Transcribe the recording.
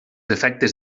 efectes